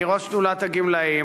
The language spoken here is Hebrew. אני ראש שדולת הגמלאים,